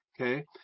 okay